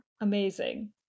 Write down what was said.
amazing